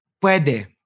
Puede